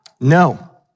No